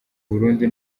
burundu